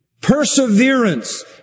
Perseverance